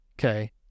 Okay